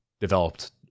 developed